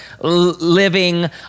living